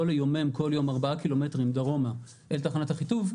ליומם כל יום ארבע קילומטרים דרומה אל תחנת אחיטוב,